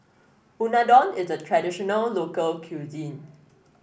Unadon is a traditional local cuisine